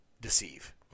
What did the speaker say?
deceive